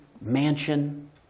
mansion